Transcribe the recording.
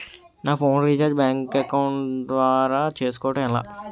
నా phone recharge bank account ద్వారా చేసుకోవటం ఎలా?